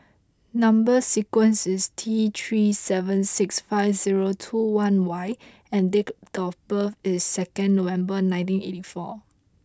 number sequence is T three seven six five zero two one Y and date of birth is second November nineteen eighty four